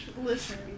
Listen